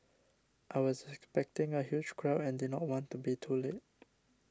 I was expecting a huge crowd and did not want to be too late